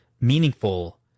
meaningful